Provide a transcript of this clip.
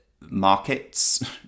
markets